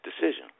decision